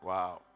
Wow